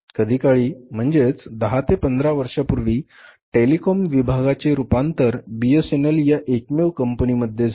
कधीकाळी म्हणजे दहा ते पंधरा वर्षांपूर्वी टेलिकॉम विभागाचे रूपांतर बीएसएनएल या एकमेव कंपनीमध्ये झाले